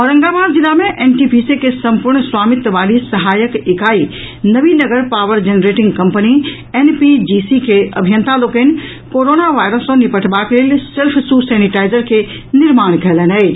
औरंगाबाद जिला मे एनटीपीसी के सम्पूर्ण स्वामित्व वली सहायक इकाई Nabinagar power generating company NPGC के अभियंता लोकनि कोरोना वायरस सँ निपटबाक लेल सेल्फ शू सैनिटाइजर के निर्माण कयलनि अछि